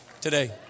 today